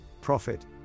profit